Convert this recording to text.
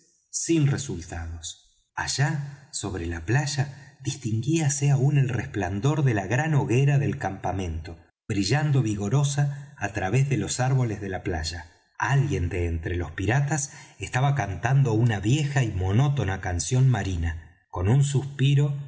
sin resultados allá sobre la playa distinguíase aún el resplandor de la gran hoguera del campamento brillando vigorosa á través de los árboles de la playa alguien de entre los piratas estaba cantando una vieja y monótona canción marina con un suspiro